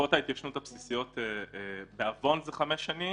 שתקופות ההתיישנות הבסיסיות בעוון זה חמש שנים